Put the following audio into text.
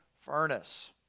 furnace